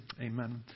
Amen